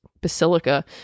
basilica